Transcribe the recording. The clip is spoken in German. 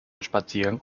spaziergang